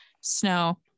snow